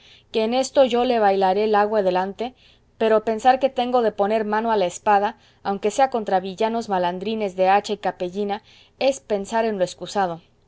que en esto yo le bailaré el agua delante pero pensar que tengo de poner mano a la espada aunque sea contra villanos malandrines de hacha y capellina es pensar en lo escusado